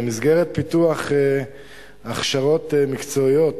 1. במסגרת פיתוח הכשרות מקצועיות